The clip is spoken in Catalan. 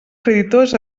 creditors